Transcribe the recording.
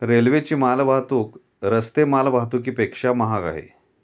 रेल्वेची माल वाहतूक रस्ते माल वाहतुकीपेक्षा महाग आहे